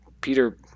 Peter